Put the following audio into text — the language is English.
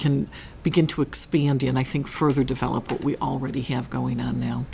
can begin to expand and i think further develop what we already have going on now